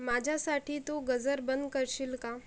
माझ्यासाठी तू गजर बंद करशील का